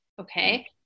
Okay